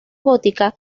gótica